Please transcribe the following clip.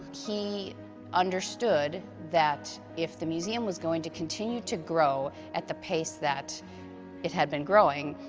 he understood that if the museum was going to continue to grow at the pace that it had been growing,